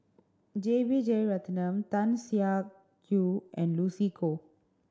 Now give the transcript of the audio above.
J B Jeyaretnam Tan Siah Kwee and Lucy Koh